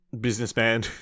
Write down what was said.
businessman